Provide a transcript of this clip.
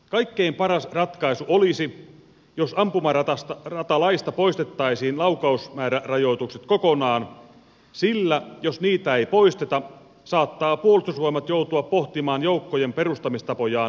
kaikkein paras ratkaisu olisi jos ampumaratalaista poistettaisiin laukausmäärärajoitukset kokonaan sillä jos niitä ei poisteta saattaa puolustusvoimat joutua pohtimaan joukkojen perustamistapojaan uudelleen